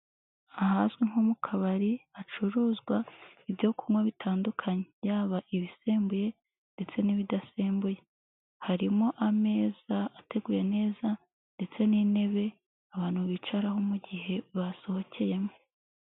Ahazwi nko mu kabari, hacuruzwa ibyo kunywa bitandukanye, yaba ibisembuye ndetse n'ibidasembuye, harimo ameza ateguye neza ndetse n'intebe, abantu bicaraho mu gihe basohokeyemo.